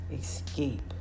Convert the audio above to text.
escape